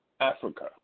Africa